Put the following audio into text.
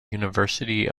university